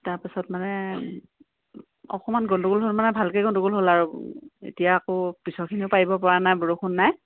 তাৰপিছত মানে অকণমান গণ্ডগোল হ'ল মানে ভালকেই গণ্ডগোল হ'ল আৰু এতিয়া আকৌ পিচৰখিনিও পাৰিব পৰা নাই বৰষুণ নাই